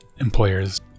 employers